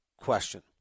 question